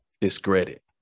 discredit